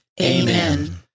Amen